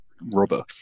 rubber